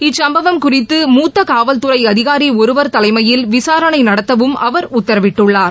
இச்சுப்பவம் குறித்து மூத்த காவல்துறை அதிகாரி ஒருவர் தலைமையில் விசாரணை நடத்தவும் அவர் உத்தரவிட்டுள்ளார்